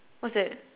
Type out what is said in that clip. what's that